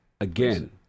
again